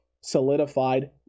Solidified